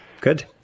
Good